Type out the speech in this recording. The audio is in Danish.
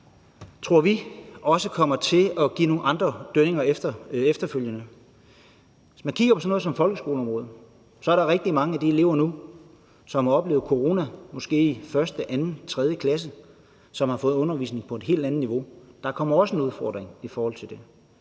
tror vi – kommer til at give nogle andre dønninger efterfølgende. Hvis man kigger på sådan noget som folkeskoleområdet, er der jo rigtig mange af eleverne nu, som har oplevet coronaen, måske i 1., 2., 3. klasse, som har fået undervisning på et helt andet niveau. Der kommer også en udfordring i forhold til det,